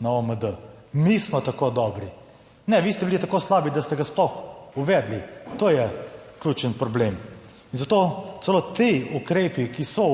na OMD, mi smo tako dobri, kajne, vi ste bili tako slabi, da ste ga sploh uvedli... " To je ključen problem. In zato celo ti ukrepi, ki so